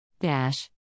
Dash